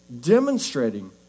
demonstrating